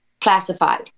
classified